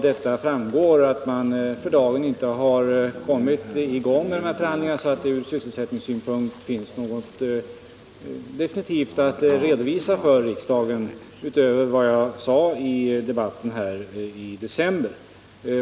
Därav framgår att man för dagen inte har kommit i gång med förhandlingarna och att det från sysselsättningssynpunkt inte finns något definitivt att redovisa för riksdagen utöver vad jag sade i debatten i november.